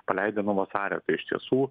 paleidę nuo vasario tai iš tiesų